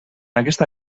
aquesta